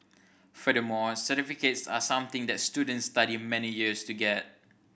furthermore certificates are something that students study many years to get